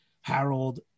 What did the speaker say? Harold